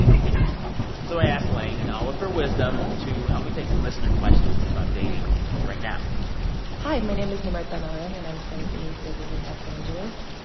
yes so i asked lane, in all of her wisdom, to help me take some listener questions about dating right now hi, my name is nimarta narang. and i'm currently living in los angeles.